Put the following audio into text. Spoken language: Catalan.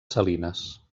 salines